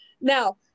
Now